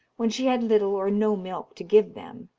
when she had little or no milk to give them.